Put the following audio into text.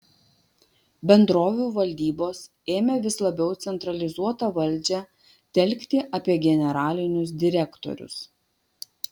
bendrovių valdybos ėmė vis labiau centralizuotą valdžią telkti apie generalinius direktorius